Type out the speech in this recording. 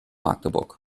magdeburg